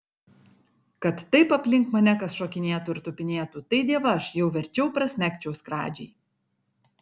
kad taip aplink mane kas šokinėtų ir tupinėtų tai dievaž jau verčiau prasmegčiau skradžiai